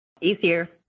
Easier